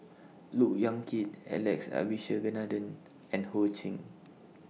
Look Yan Kit Alex Abisheganaden and Ho Ching